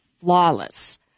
flawless